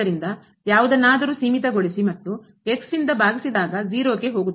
ಆದ್ದರಿಂದ ಯಾವುದನ್ನಾದರೂ ಸೀಮಿತಗೊಳಿಸಿ ಮತ್ತು ಇಂದ ಭಾಗಿಸಿದಾಗ ಹೋಗುತ್ತದೆ